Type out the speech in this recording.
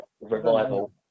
Revival